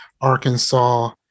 Arkansas